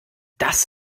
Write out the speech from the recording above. das